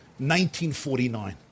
1949